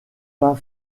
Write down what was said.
pas